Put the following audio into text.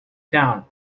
town